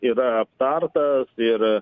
yra aptarta ir